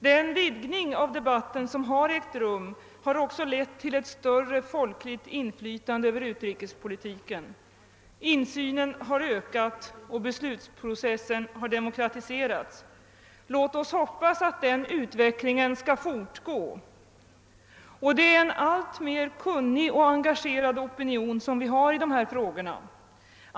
Den vidgning av debatten som ägt rum har också lett till ett större folkligt inflytande över utrikespolitiken. Insynen har ökat och beslutsprocessen har demokratiserats. Låt oss hoppas att den utvecklingen skall fortgå. Det är en alltmer kunnig och engagerad opinion vi har i dessa frågor.